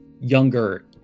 younger